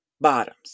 bottoms